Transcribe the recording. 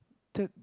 the